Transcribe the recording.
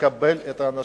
לקבל את האנשים.